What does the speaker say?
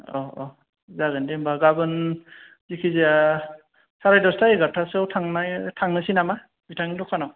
औ औ जागोनदे होमबा गाबोन जिखिजाया साराय दसथा एगार'था सोयाव थांनाय थांनोसै नामा बिथांनि दखानाव